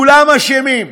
כולם אשמים,